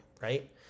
right